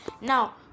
Now